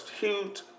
huge